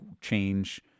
change